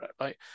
right